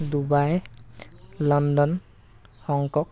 Dubai London Hong Kong